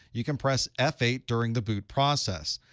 you can press f eight during the boot process.